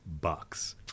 bucks